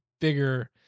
bigger